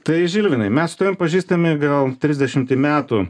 tai žilvinai mes su tavim pažįstami gal trisdešimtį metų